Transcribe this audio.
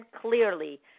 clearly